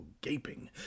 gaping